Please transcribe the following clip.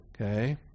Okay